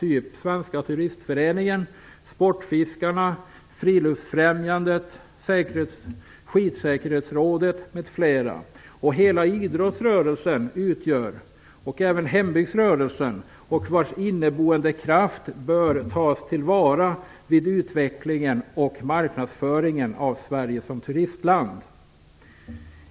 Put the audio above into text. Det gäller t.ex. Svenska turistföreningen, Sportfiskarna, Friluftsfrämjandet, Skidsäkerhetsrådet, hela idrottsrörelsen och hembygdsrörelsen. Deras inneboende kraft bör tas till vara vid utvecklingen och marknadsföringen av Sverige som turistland.